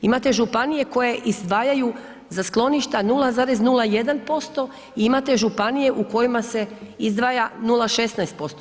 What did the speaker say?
Imate županije koje izdvajaju za skloništa 0,01% i imate županije u kojima se izdvaja 0,16%